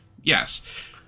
yes